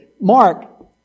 Mark